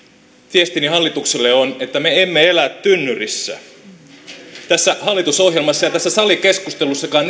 viestini hallitukselle on että me emme elä tynnyrissä tässä hallitusohjelmassa ja tässä salikeskustelussakaan